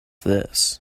this